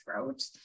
throat